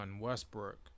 Westbrook